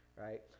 Right